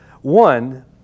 One